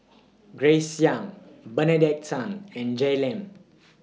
Grace Young Benedict Tan and Jay Lim